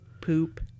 poop